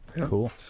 Cool